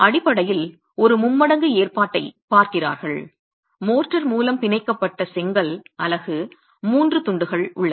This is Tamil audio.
அடிப்படையில் ஒரு மும்மடங்கு ஏற்பாட்டைப் பார்க்கிறார்கள் மோர்ட்டார் மூலம் பிணைக்கப்பட்ட செங்கல் அலகு மூன்று துண்டுகள் உள்ளன